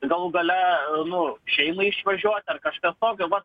galų gale nu šeimai išvažiuot ar kažkas tokio vat